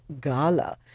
Gala